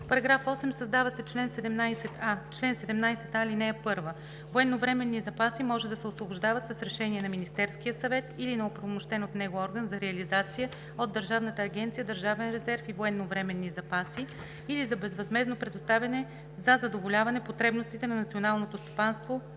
§ 8: „§ 8. Създава се чл. 17а: „Чл. 17а. (1) Военновременни запаси може да се освобождават с решение на Министерския съвет или на оправомощен от него орган за реализация от Държавната агенция „Държавен резерв и военновременни запаси“ или за безвъзмездно предоставяне за задоволяване потребностите на националното стопанство